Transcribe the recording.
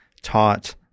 taught